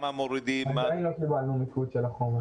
עדיין לא קיבלנו מיקוד של החומר.